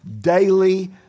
daily